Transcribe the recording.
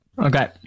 Okay